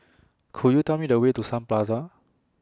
Could YOU Tell Me The Way to Sun Plaza